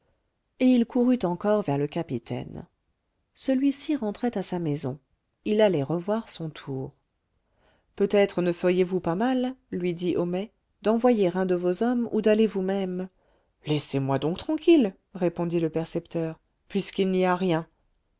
et il courut encore vers le capitaine celui-ci rentrait à sa maison il allait revoir son tour peut-être ne feriez-vous pas mal lui dit homais d'envoyer un de vos hommes ou d'aller vous-même laissez-moi donc tranquille répondit le percepteur puisqu'il n'y a rien